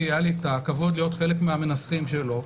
היה לי את הכבוד להיות חלק מהמנסחים שלו,